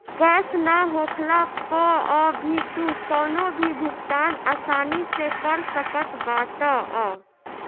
cash ना होखला पअ भी तू कवनो भी भुगतान आसानी से कर सकत बाटअ